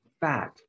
fat